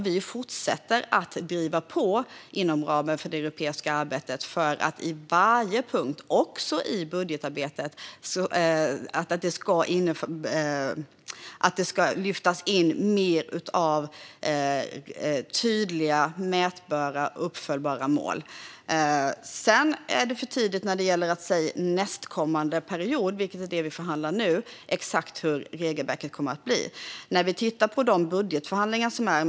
Vi fortsätter att driva på inom ramen för det europeiska arbetet för att i varje punkt - också i budgetarbetet - driva att det ska lyftas in mer av tydliga, mätbara och uppföljbara mål. Det är för tidigt att säga exakt hur regelverket kommer att bli för nästkommande period, vilket är det vi förhandlar om nu.